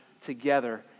together